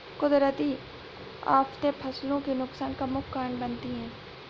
कुदरती आफतें फसलों के नुकसान का मुख्य कारण बनती है